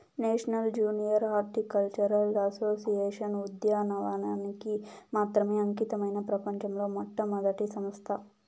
national junior horticultural association ఉద్యానవనానికి మాత్రమే అంకితమైన ప్రపంచంలో మొట్టమొదటి సంస్థ